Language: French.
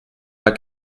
pas